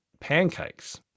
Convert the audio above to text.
pancakes